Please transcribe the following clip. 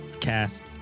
cast